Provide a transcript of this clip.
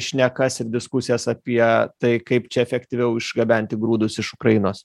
šnekas ir diskusijas apie tai kaip čia efektyviau išgabenti grūdus iš ukrainos